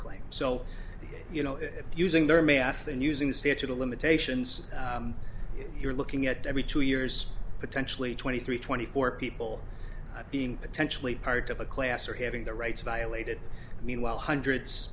claim so you know using their math and using the statute of limitations you're looking at every two years potentially twenty three twenty four people being potentially part of a class or having their rights violated meanwhile hundreds